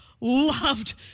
loved